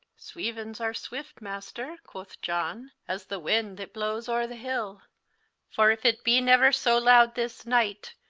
sweavens are swift, master, quoth john, as the wind that blowes ore the hill for if itt be never so loude this night,